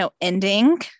ending